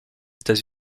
états